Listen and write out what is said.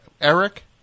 Eric